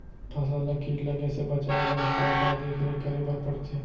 फसल ला किट लगे से बचाए बर, का का देखरेख करे बर परथे?